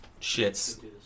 shits